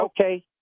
okay